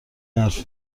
حرف